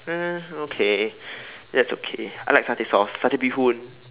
uh okay that's okay I like satay sauce satay bee-hoon